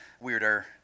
Weirder